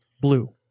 Blue